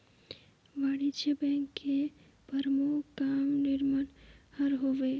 वाणिज्य बेंक के परमुख काम निरमान हर हवे